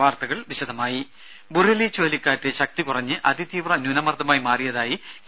വാർത്തകൾ വിശദമായി ബുറേവി ചുഴലിക്കാറ്റ് ശക്തി കുറഞ്ഞ് അതി തീവ്ര ന്യൂനമർദ്ദമായി മാറിയതായി അറിയിച്ചു